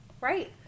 right